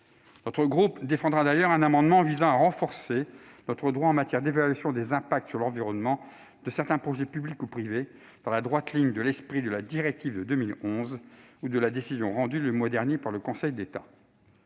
Notre groupe défendra d'ailleurs un amendement visant à renforcer notre droit en matière d'évaluation des conséquences sur l'environnement de certains projets publics ou privés, dans la droite ligne de l'esprit de la directive de 2011 ou de la décision rendue le mois dernier par le Conseil d'État.